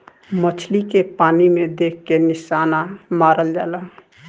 मछली के पानी में देख के निशाना मारल जाला